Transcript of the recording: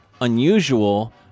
unusual